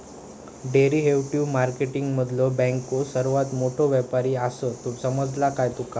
Derivative market मध्ये बँको सर्वात मोठे व्यापारी आसात, समजला काय तुका?